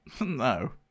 No